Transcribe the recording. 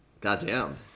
Goddamn